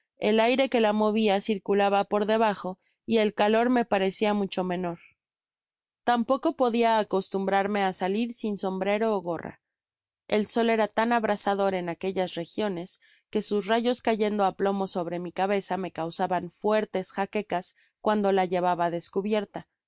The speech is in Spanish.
el aire que la movía circulaba por debajo y el calor me parecía mucho menor tampoco podia acostumbrarme á salir sin sombrero ó gorra el sol era tan abrasador en aquellas regiones que sus rayos cayendo á plomo sobre mi cabeza me causaban fuertes jaquecas cuando la llevaba descubierta